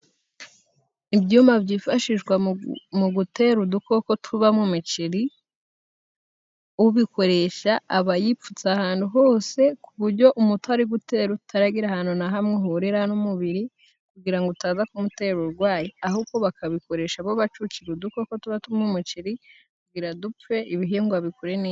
Ibyuma byifashishwa mu gutera udukoko tuba mu miceri, ubikoresha aba yipfutse ahantu hose ku bujyo umuti ari gutera utaragira ahantu na hamwe uhurira n'umubiri, kugira ngo utaza kumutera ubugwayi, ahubwo bakabikoresha bo bacucira udukoko tuba turi mu muceri kugira dupfe, ibihingwa bikure neza.